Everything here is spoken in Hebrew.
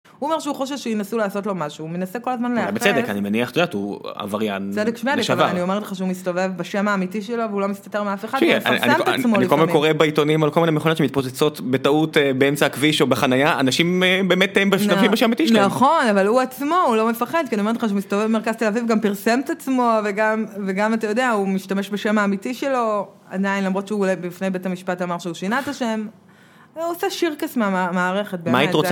הוא אומר שהוא חושש שנסו לעשות לו משהו, הוא מנסה כל הזמן לאחף- בצדק אני מניח שזה את יודעת שהוא עבריין - צדק שמדק - לשעבר- אבל אני אומרת לך שהוא מסתובב בשם האמיתי שלו והוא לא מסתתר מאף אחד והוא מפרסם את עצמו- אני כל הזמן קורא בעיתונים על כל מיני מכוניות שמתפוצצות בטעות באמצע הכביש או בחנייה, אנשים באמת טעים בשם האמיתי שלהם- נכון, אבל הוא עצמו, הוא לא מפחד- כי אני אומרת לך שהוא מסתובב במרכז תל אביב וגם פרסם את עצמו וגם אתה יודע- הוא משתמש בשם האמיתי שלו, עדיין למרות שהוא אולי בפני בית המשפט אמר שהוא שינה את השם הוא עושה שירקס מהמערכת. מה היית רוצה...